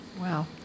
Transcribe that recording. Wow